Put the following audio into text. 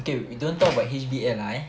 okay we don't talk about H_B_L lah eh